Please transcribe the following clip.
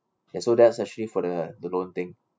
so that's actually for the the loan thing